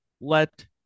let